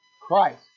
Christ